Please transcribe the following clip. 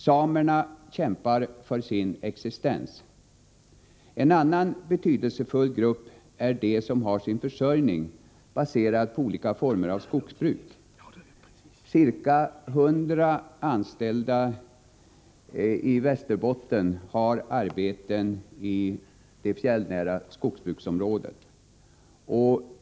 Samerna kämpar för sin existens. En annan betydelsefull grupp är de som har sin försörjning baserad på olika former av skogsbruk. I Västerbotten arbetar ca 100 anställda i det fjällnära skogsbruksområdet.